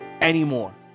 anymore